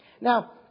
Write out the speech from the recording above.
Now